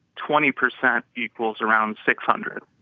twenty percent equals around six hundred.